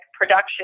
production